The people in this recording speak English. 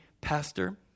pastor